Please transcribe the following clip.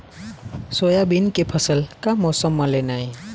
Soybean के फसल का मौसम म लेना ये?